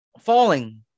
falling